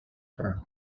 her